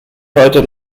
heute